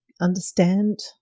understand